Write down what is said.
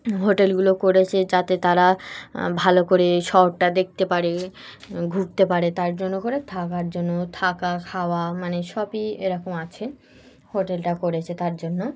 হোটেলগুলো করেছে যাতে তারা ভালো করে শহরটা দেখতে পারে ঘুরতে পারে তার জন্য করে থাকার জন্য থাকা খাওয়া মানে সবই এরকম আছে হোটেলটা করেছে তার জন্য